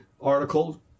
article